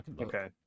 okay